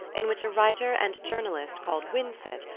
in which a writer and journalist called winsett,